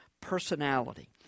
personality